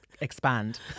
expand